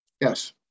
Yes